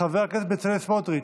חבר הכנסת בצלאל סמוטריץ'